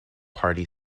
party